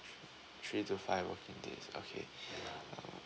three to five working days okay